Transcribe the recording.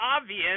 obvious